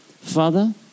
Father